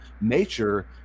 nature